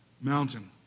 mountain